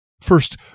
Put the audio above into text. First